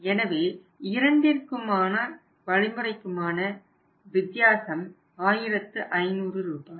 எனவே இரண்டிற்கும் வழிமுறைக்குமான வித்தியாசம் 1500 ரூபாய்